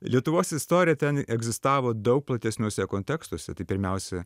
lietuvos istorija ten egzistavo daug platesniuose kontekstuose tai pirmiausia